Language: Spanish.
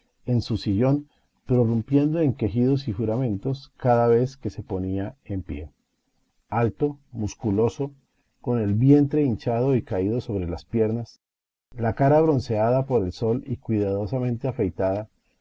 en su sillón prorrumpiendo en quejidos y juramentos cada vez que se ponía en pie alto musculoso con el vientre hinchado y caído sobre las piernas la cara bronceada por el sol y cuidadosamente afeitada